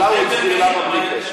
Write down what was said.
בהתחלה הוא הסביר למה, בלי קשר.